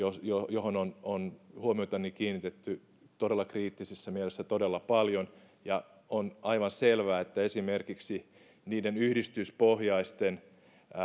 johon on on huomiotani kiinnitetty todella kriittisessä mielessä todella paljon on aivan selvää että esimerkiksi niiden yhdistyspohjaisten